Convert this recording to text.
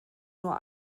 nur